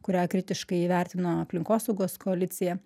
kurią kritiškai įvertino aplinkosaugos koalicija